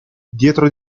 dietro